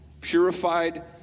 purified